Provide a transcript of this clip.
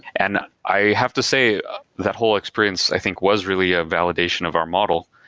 and i have to say that whole experience i think was really a validation of our model,